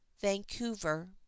Vancouver